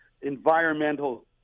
environmental